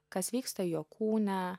kas vyksta jo kūne